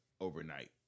overnight